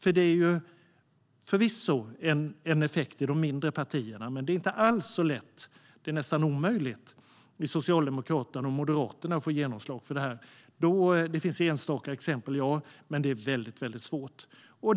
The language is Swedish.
Det är förvisso en effekt som syns i de mindre partierna, men det är inte alls så lätt - nästan omöjligt - att få genomslag i Socialdemokraterna och Moderaterna. Det finns enstaka exempel, men det är mycket svårt.